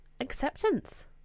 acceptance